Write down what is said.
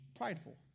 prideful